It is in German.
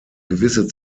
gewisse